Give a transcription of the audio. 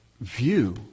view